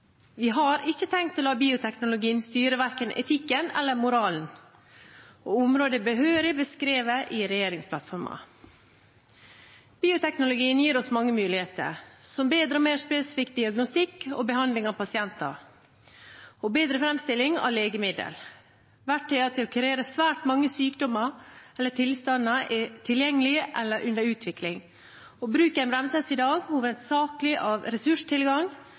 Vi har ikke tenkt å la bioteknologien styre verken etikken eller moralen, og området er behørig beskrevet i regjeringsplattformen. Bioteknologien gir oss mange muligheter, som bedre og mer spesifikk diagnostikk og behandling av pasienter og bedre framstilling av legemidler. Verktøyene til å kurere svært mange sykdommer eller tilstander er tilgjengelige eller under utvikling, og bruken bremses i dag hovedsakelig av ressurstilgang